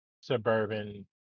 suburban